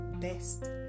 best